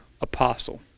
apostle